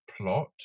plot